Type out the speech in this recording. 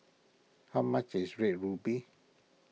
how much is Red Ruby